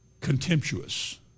Contemptuous